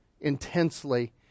intensely